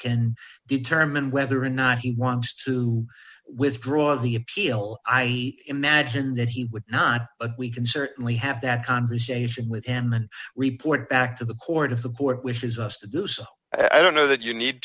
d determine whether or not he wants to withdraw the appeal i imagine that he would not we can certainly have that conversation with him and report back to the court if the board wishes us to do so i don't know that you need